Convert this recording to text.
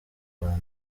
abantu